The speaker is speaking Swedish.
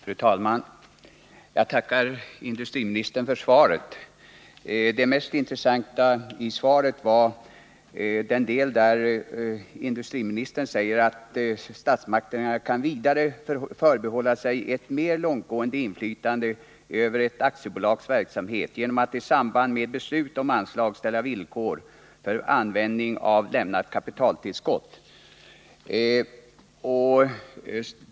Fru talman! Jag tackar industriministern för svaret. Det mest intressanta i detta var den del där industriministern säger att statsmakterna ”kan vidare förbehålla sig ett mer långtgående inflytande över ett aktiebolags verksamhet genom att i samband med beslut om anslag uppställa villkor för användningen av lämnat kapitaltillskott”.